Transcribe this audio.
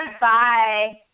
Bye